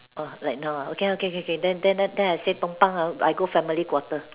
uh like now ah okay okay K K K then then then then I say tumpang ah I go family quarter